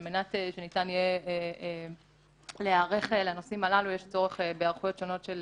על מנת שניתן יהיה להיערך לנושאים הללו יש צורך בהיערכויות שונות של